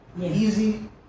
easy